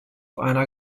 einer